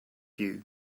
you